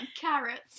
carrots